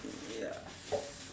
ya